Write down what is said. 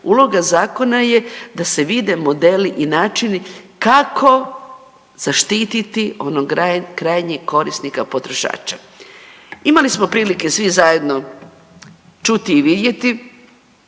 Uloga zakona je da se vide modeli i načini kako zaštititi onog krajnjeg korisnika potrošača. Imali smo prilike svi zajedno čuti i vidjeti,